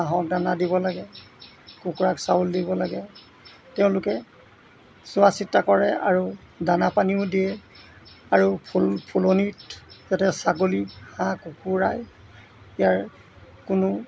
হাঁহক দানা দিব লাগে কুকুৰাক চাউল দিব লাগে তেওঁলোকে চোৱা চিতা কৰে আৰু দানা পানীও দিয়ে আৰু ফুল ফুলনিত যাতে ছাগলী হাঁহ কুকুৰাই ইয়াৰ কোনো